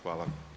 Hvala.